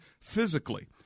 physically